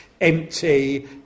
empty